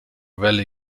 valley